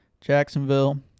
Jacksonville